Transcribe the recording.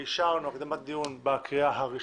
ואישרנו הקדמת דיון בקריאה הראשונה.